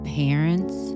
parents